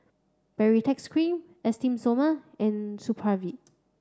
Baritex cream Esteem Stoma and Supravit